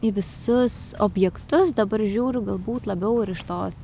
į visus objektus dabar žiūriu galbūt labiau ir iš tos